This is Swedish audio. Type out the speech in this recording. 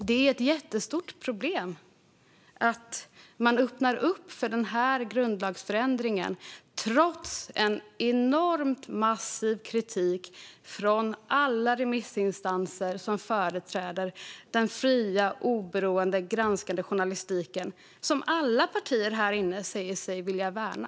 Det är ett jättestort problem att man öppnar för den här grundlagsförändringen trots en enormt massiv kritik från alla remissinstanser som företräder den fria, oberoende och granskande journalistiken, som alla partier här inne säger sig vilja värna.